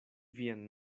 vian